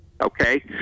okay